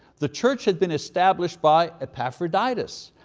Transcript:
the church had been established by epaphroditus,